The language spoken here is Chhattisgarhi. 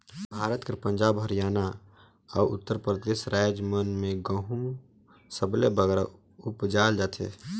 भारत कर पंजाब, हरयाना, अउ उत्तर परदेस राएज मन में गहूँ सबले बगरा उपजाल जाथे